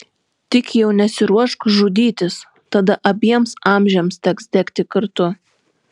tik jau nesiruošk žudytis tada abiems amžiams teks degti kartu